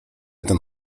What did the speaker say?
ten